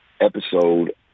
episode